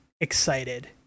excited